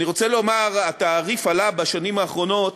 אני רוצה לומר: התעריף עלה בשנים האחרונות